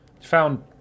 Found